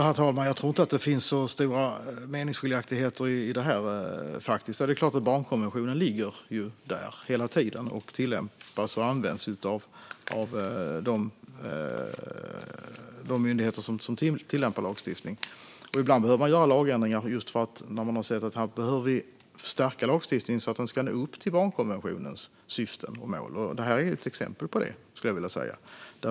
Herr talman! Jag tror inte att det finns så stora meningsskiljaktigheter i det här. Det är klart att barnkonventionen ligger där hela tiden och tillämpas och används av de myndigheter som tillämpar lagstiftning. Ibland behöver man göra lagändringar för att man har sett att här behöver man stärka lagstiftningen för att den ska nå upp till barnkonventionens syften och mål. Det här är ett exempel på det, skulle jag vilja säga.